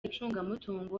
icungamutungo